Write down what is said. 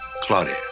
Claudia